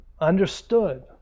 understood